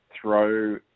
throw